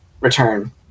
return